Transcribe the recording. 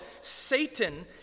Satan